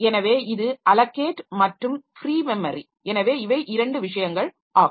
எனவே இது அலோகேட் மற்றும் ஃப்ரீ மெமரி எனவே இவை இரண்டு விஷயங்கள் ஆகும்